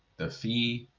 the fee,